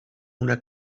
una